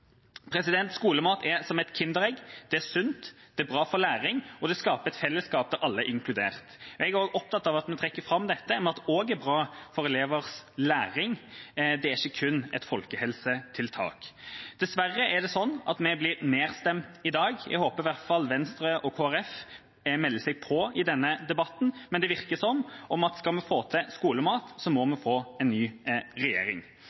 Skolemat er som et kinderegg: Det er sunt, det er bra for læring, og det skaper et fellesskap der alle er inkludert. Jeg er opptatt av at vi også trekker fram det, at det er bra for elevers læring. Det er ikke kun et folkehelsetiltak. Dessverre er det slik at vi blir nedstemt i dag. Jeg håper i hvert fall Venstre og Kristelig Folkeparti melder seg på i denne debatten, men det virker som at skal vi få til skolemat, må vi få en ny regjering.